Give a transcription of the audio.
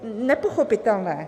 Nepochopitelné.